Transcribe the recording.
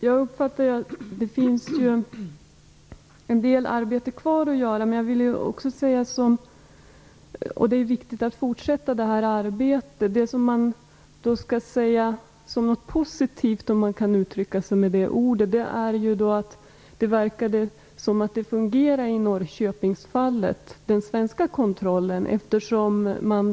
Fru talman! Det finns en del arbete kvar att göra, och det är viktigt att fortsätta det. Det som kan sägas vara positivt, om man kan använda det ordet, är att det verkade som om den svenska kontrollen fungerade i Norrköpingsfallet.